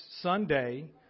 Sunday